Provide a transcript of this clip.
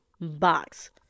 box